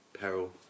peril